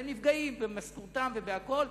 הם נפגעים במשכורתם ובכול,